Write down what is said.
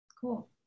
cool